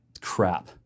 crap